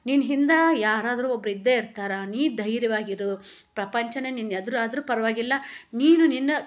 ನಿನ್ನ ಹಿಂದೆ ಯಾರಾದರೂ ಒಬ್ರು ಇದ್ದೇ ಇರ್ತಾರೆ ನೀ ಧೈರ್ಯವಾಗಿರು ಪ್ರಪಂಚವೇ ನಿನ್ನ ಎದುರಾದ್ರು ಪರವಾಗಿಲ್ಲ ನೀನು ನಿನ್ನ